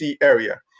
area